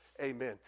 Amen